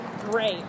Great